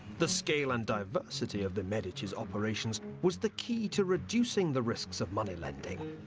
the scale and diversity of the medici's operations was the key to reducing the risks of moneylending,